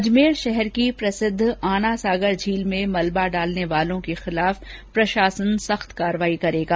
अजमेर शहर की प्रसिद्ध आनासागर झील में मलबा डालने वालों के खिलाफ प्रशासन सख्त कार्रवाई करेगा